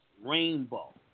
rainbow